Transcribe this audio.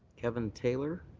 kevin taylor.